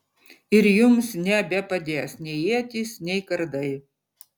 ir jums nebepadės nei ietys nei kardai